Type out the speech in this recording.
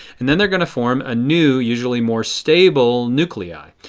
and then they are going to form a new, usually more stable nuclei.